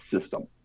system